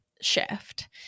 shift